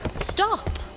Stop